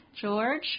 George